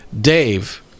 Dave